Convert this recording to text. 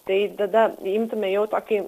tai tada imtume jau tokį